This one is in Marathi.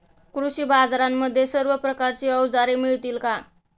कृषी बाजारांमध्ये सर्व प्रकारची अवजारे मिळतील का?